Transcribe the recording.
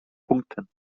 punkten